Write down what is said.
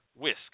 whisk